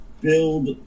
build